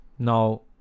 Now